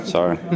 Sorry